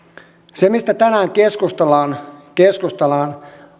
se mistä tänään keskustellaan keskustellaan